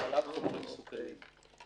להובלת חומרים מסוכנים.